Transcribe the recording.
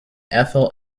ethyl